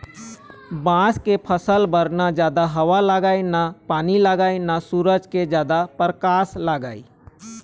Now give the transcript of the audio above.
बांस के फसल बर न जादा हवा लागय न पानी लागय न सूरज के जादा परकास लागय